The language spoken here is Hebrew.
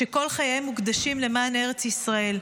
שכל חייהם מוקדשים למען ארץ ישראל.